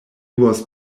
was